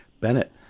Bennett